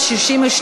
(מס' 29)